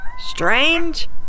strange